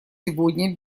сегодня